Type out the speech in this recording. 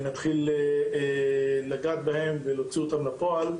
ולהתחיל לגעת בהם ולהוציא לפועל,